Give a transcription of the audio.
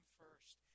first